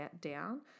down